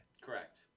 Correct